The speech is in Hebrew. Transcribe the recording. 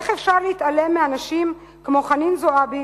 איך אפשר להתעלם מאנשים כמו חנין זועבי